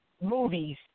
movies